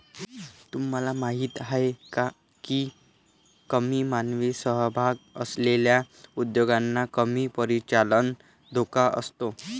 तुम्हाला माहीत आहे का की कमी मानवी सहभाग असलेल्या उद्योगांना कमी परिचालन धोका असतो?